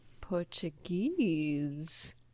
Portuguese